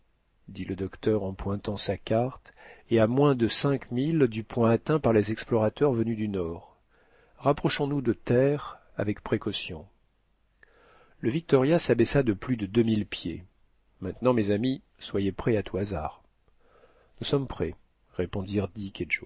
dit le docteur en pointant sa tête et à moins de cinq milles du point atteint par les explorateurs venus du nord rapprochons nous de terre avec précaution le victoria s'abaissa de plus de deux mille pieds maintenant mes amis soyez prêts à tout hasard nous sommes prêts répondirent dick